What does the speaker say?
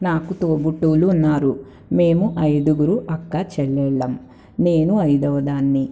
నాకు తోబుట్టువులు ఉన్నారు మేము ఐదుగురు అక్క చెల్లెల్లం నేను ఐదవ దాన్ని